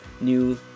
New